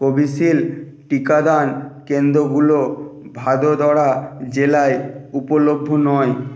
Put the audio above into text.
Covishield টিকাদান কেন্দ্রগুলো ভাদোদরা জেলায় উপলভ্য নয়